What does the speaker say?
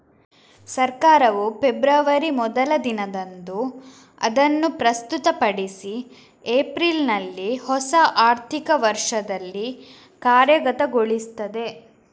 ಸರ್ಕಾರವು ಫೆಬ್ರವರಿ ಮೊದಲ ದಿನದಂದು ಅದನ್ನು ಪ್ರಸ್ತುತಪಡಿಸಿ ಏಪ್ರಿಲಿನಲ್ಲಿ ಹೊಸ ಆರ್ಥಿಕ ವರ್ಷದಲ್ಲಿ ಕಾರ್ಯಗತಗೊಳಿಸ್ತದೆ